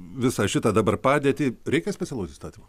visą šitą dabar padėtį reikia specialaus įstatymo